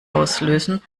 auslösen